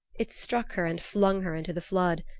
it struck her and flung her into the flood.